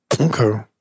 Okay